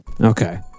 Okay